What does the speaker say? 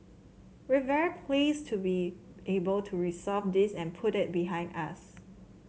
we very pleased to be able to resolve this and put it behind us